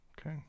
Okay